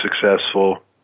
successful